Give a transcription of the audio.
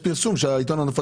מה?